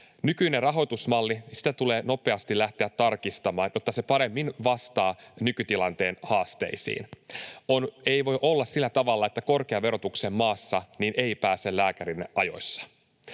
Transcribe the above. Nykyistä rahoitusmallia tulee nopeasti lähteä tarkistamaan, jotta se paremmin vastaa nykytilanteen haasteisiin. Ei voi olla sillä tavalla, että korkean verotuksen maassa ei pääse lääkärille ajoissa.